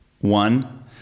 one